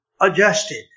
adjusted